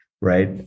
right